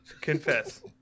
confess